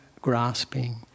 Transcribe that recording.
grasping